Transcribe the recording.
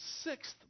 sixth